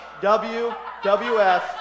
WWF